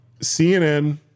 CNN